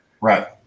Right